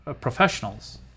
professionals